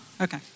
Okay